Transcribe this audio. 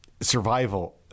survival